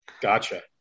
Gotcha